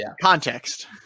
context